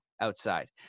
outside